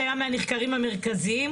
שהיה מהנחקרים המרכזיים,